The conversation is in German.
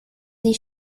sie